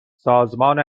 سازمان